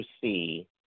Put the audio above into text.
see